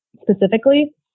specifically